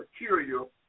material